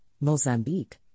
Mozambique